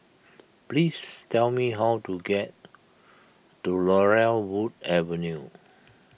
please tell me how to get to Laurel Wood Avenue